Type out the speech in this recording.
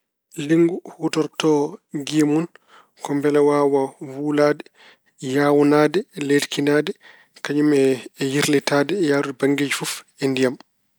Linngu huutorto giye mun ko mbele waawa wuulaade, yaawnaade, leelkinaade kañum e yirlitaade e yahrude banngeeji fof e ndiyam.